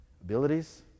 Abilities